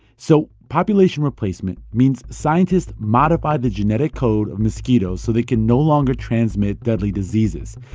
so population replacement means scientists modify the genetic code of mosquitoes so they can no longer transmit deadly diseases,